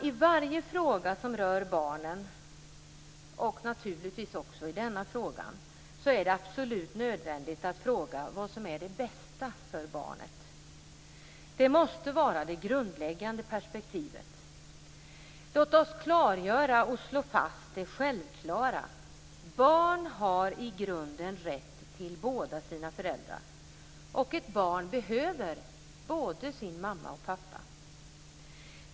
I varje fråga som rör barnen, och det gäller naturligtvis även denna fråga, är det absolut nödvändigt att fråga vad som är det bästa för barnet. Det måste vara det grundläggande perspektivet. Låt oss klargöra och slå fast det självklara. Barn har i grunden rätt till båda sina föräldrar, och ett barn behöver både sin mamma och sin pappa.